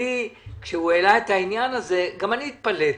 כשהוא העלה את העניין הזה, גם אני התפלאתי.